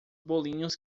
bolinhos